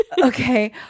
okay